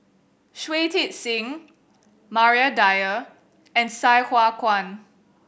Shui Tit Sing Maria Dyer and Sai Hua Kuan